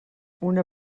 una